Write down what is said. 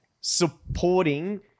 supporting